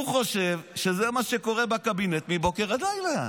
הוא חושב שזה מה שקורה בקבינט מבוקר עד לילה.